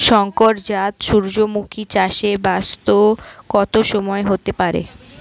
শংকর জাত সূর্যমুখী চাসে ব্যাস কত সময় হতে পারে?